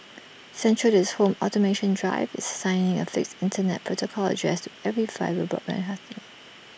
central to its home automation drive is assigning A fixed Internet protocol address to every fibre broadband customer